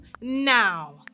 now